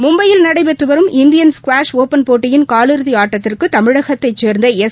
மும்பையில் நடைபெற்று வரும் இந்தியன் ஸ்குவாஷ் ஒப்பன் போட்டியின் காலிறதி ஆட்டத்திற்கு தமிழகத்தைச் சேர்ந்த எஸ்